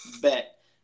bet